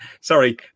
Sorry